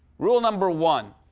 rule number one